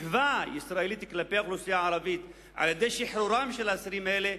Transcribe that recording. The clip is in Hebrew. מחווה ישראלית כלפי האוכלוסייה הערבית על-ידי שחרורם של האסירים האלה,